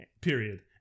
period